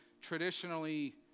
traditionally